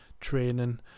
training